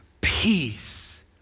peace